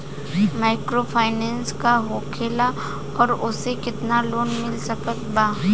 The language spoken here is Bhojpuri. माइक्रोफाइनन्स का होखेला और ओसे केतना लोन मिल सकत बा?